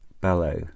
bellow